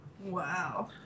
Wow